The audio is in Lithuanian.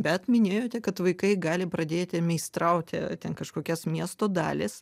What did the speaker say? bet minėjote kad vaikai gali pradėti meistrauti ten kažkokias miesto dalys